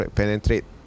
penetrate